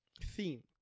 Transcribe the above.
theme